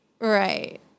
right